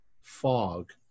fog